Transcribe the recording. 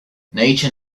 nature